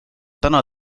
täna